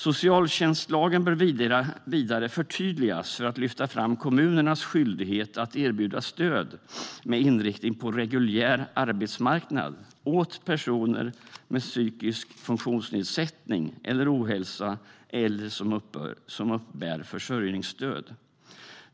Socialtjänstlagen bör vidare förtydligas för att lyfta fram kommunernas skyldighet att erbjuda stöd med inriktning på reguljär arbetsmarknad åt personer med psykisk funktionsnedsättning eller ohälsa eller som uppbär försörjningsstöd.